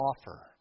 offer